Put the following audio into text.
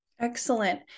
Excellent